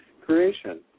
creation